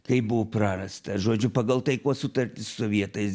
kaip buvo prarasta žodžiu pagal taikos sutartį su sovietais